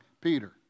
Peter